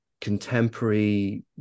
contemporary